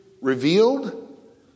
revealed